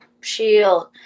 Shield